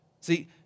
See